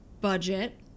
budget